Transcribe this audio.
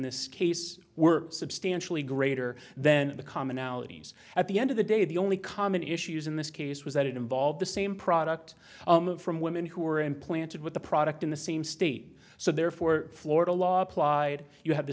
this case were substantially greater then the commonalities at the end of the day the only common issues in this case was that it involved the same product from women who were implanted with the product in the same state so therefore florida law applied you have the